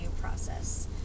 process